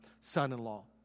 son-in-law